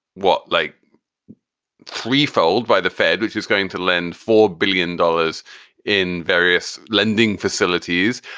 what, like threefold by the fed, which is going to lend four billion dollars in various lending facilities.